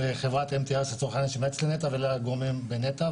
מול חברת MTS שמייעצת לנת"ע ולגורמים בנת"ע.